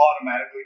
automatically